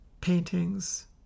paintings